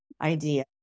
idea